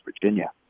Virginia